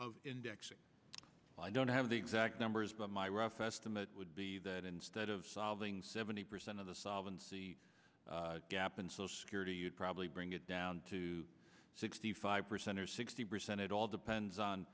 of indexing i don't have the exact numbers but my rough estimate would be that instead of solving seventy percent of the solve in c gap in social security you'd probably bring it down to sixty five percent or sixty percent it all depends on